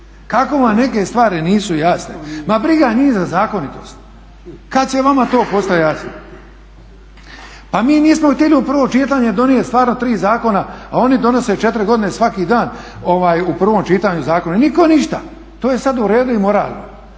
kako vam neke stvari nisu jasne. Ma briga njih za zakonitost. Kada će vama to postati jasno? Pa mi nismo htjeli u prvo čitanje donijeti stvarno tri zakona a oni donose 4 godine svaki dan u prvom čitanju zakone i niko ništa. To je sada u redu i moralno.